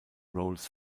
rolls